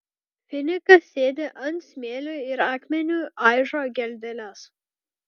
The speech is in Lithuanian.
finikas sėdi ant smėlio ir akmeniu aižo geldeles